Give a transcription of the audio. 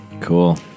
Cool